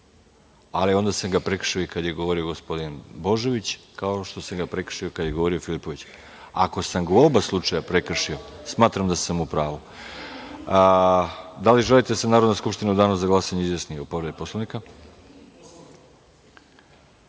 ali onda sam ga prekršio i kad je govorio gospodin Božović, kao što sam prekršio i kad je govorio Filipović. Ako sam ga u oba slučaja prekršio smatram da sam u pravu. Da li želite da se Narodna skupština u danu za glasanje izjasni i o povredi